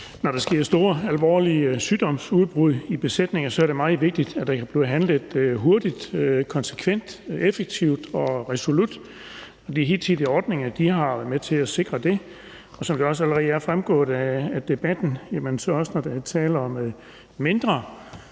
Når der sker store, alvorlige sygdomsudbrud i besætninger, er det meget vigtigt, at der kan blive handlet hurtigt, konsekvent, effektivt og resolut, og de hidtidige ordninger har jo været med til at sikre det, og som det også allerede er fremgået af debatten, så betaler erhvervet, når